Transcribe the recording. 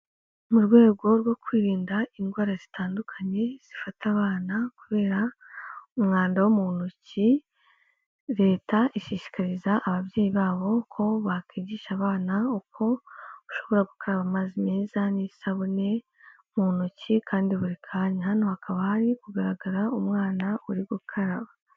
Mu rwego rwo kwirinda indwara zitandukanye zifata abana kubera umwanda wo mu ntoki, leta ishishikariza ababyeyi babo ko bakwigisha abana uko ushobora gukaraba amazi meza n'isabune mu ntoki kandi buri kanya. Hano hakaba hari kugaragara umwana uri gukaraba.